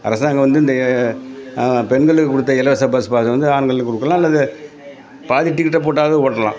அரசாங்கம் வந்து இந்த பெண்களுக்கு கொடுத்த இலவச பஸ் பாஸ் வந்து ஆண்களுக்கு கொடுக்கலாம் அல்லது பாதி டிக்கெட்டை போட்டாவது ஓட்டலாம்